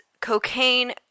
cocaine